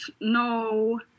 no